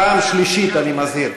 פעם שלישית אני מזהיר.